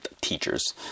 teachers